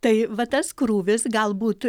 tai va tas krūvis galbūt